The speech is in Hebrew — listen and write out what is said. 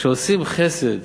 כשעושים חסד